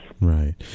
Right